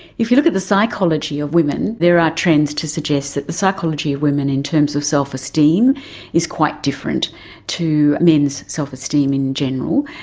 if you look at the psychology of women, there are trends to suggest that the psychology of women in terms of self-esteem is quite different to men's self-esteem in general.